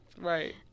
Right